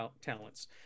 talents